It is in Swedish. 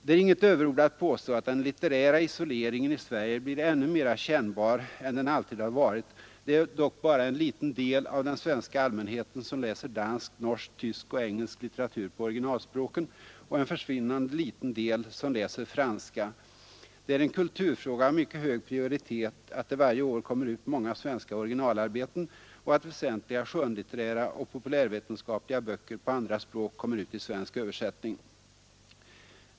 Det är inget överord att påstå, att den litterära isoleringen i Sverige blir ännu mera kännbar än den alltid har varit. Det är dock bara en liten del av den svenska allmänheten som läser dansk, norsk, tysk och engelsk litteratur på originalspråken och en försvinnande liten del som läser franska. Det är en kulturfråga av mycket hög prioritet att det varje år kommer ut många svenska originalarbeten och att väsentliga skönlitterära och populärvetenskapliga böcker på andra språk kommer ut i svensk översättning.